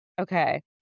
Okay